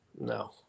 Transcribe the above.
No